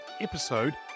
episode